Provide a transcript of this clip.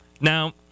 Now